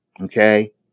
Okay